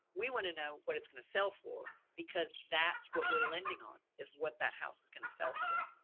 we want to know what it's going to sell for because that's what we're lending on is what that house is going to sell for.